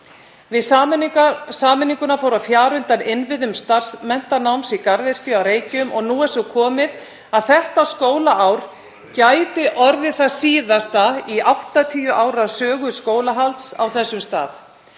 Með sameiningunni fór að fjara undan innviðum starfsmenntanáms í garðyrkju á Reykjum og nú er svo komið að þetta skólaár gæti orðið það síðasta í 80 ára sögu skólahalds á þessum stað.